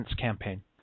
campaign